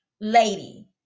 lady